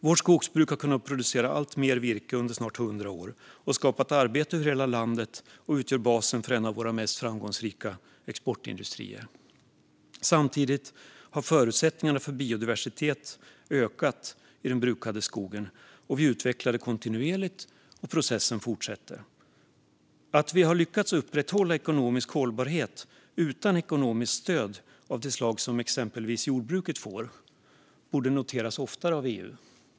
Vårt skogsbruk har kunnat producera alltmer virke under snart 100 år. Detta har skapat arbete över hela landet och utgör basen för en av våra mest framgångsrika exportindustrier. Samtidigt har förutsättningarna för biodiversitet ökat i den brukade skogen. Vi utvecklar detta kontinuerligt, och processen fortsätter. Att vi har lyckats upprätthålla ekonomisk hållbarhet utan ekonomiskt stöd av det slag som exempelvis jordbruket får borde noteras oftare av EU.